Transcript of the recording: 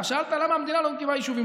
אתה שאלת למה המדינה לא מקימה יישובים.